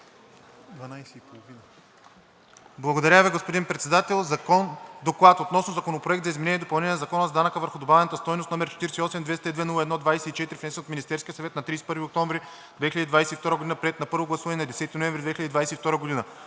Благодаря Ви, господин Председател. „Доклад относно Законопроект за изменение и допълнение на Закона за данък върху добавената стойност, № 48-202-01-24, внесен от Министерския съвет на 31 октомври 2022 г., приет на първо гласуване на 10 ноември 2022 г.